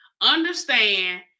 Understand